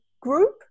group